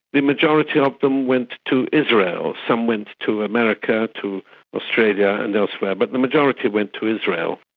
the majority of them went to israel. some went to america, to australia and elsewhere, but the majority went to israel.